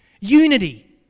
unity